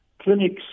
clinics